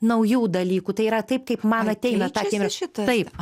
naujų dalykų tai yra taip kaip man ateina tą akimirka taip